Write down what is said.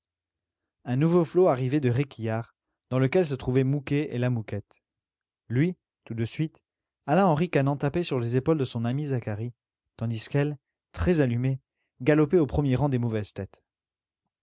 un nouveau flot arrivait de réquillart dans lequel se trouvaient mouquet et la mouquette lui tout de suite alla en ricanant taper sur les épaules de son ami zacharie tandis qu'elle très allumée galopait au premier rang des mauvaises têtes